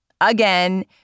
again